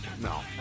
No